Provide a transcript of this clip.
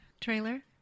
trailer